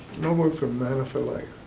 and um ah for manor for life.